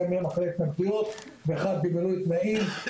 שתיים מהן אחרי התנגדויות אחת בגינוי תנאים,